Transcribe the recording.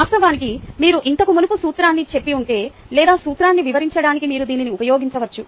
వాస్తవానికి మీరు ఇంతకు మునుపు సూత్రాన్ని చెప్పి ఉంటే లేదా సూత్రాన్ని వివరించడానికి మీరు దీనిని ఉపయోగించవచ్చు